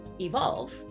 evolve